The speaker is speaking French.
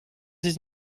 dix